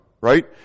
right